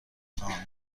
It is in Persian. خواهم